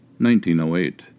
1908